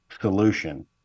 solution